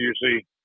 usually